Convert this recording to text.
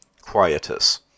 Quietus